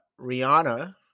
Rihanna